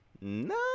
no